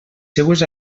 seues